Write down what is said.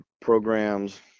programs